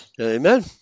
Amen